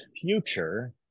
future